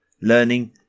learning